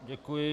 Děkuji.